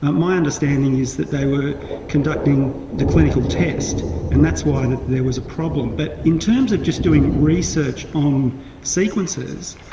ah my understanding is that they were conducting the clinical test and that's why there was a problem. but in terms of just doing research on sequences,